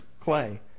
clay